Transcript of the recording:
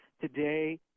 Today